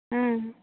ᱦᱮᱸ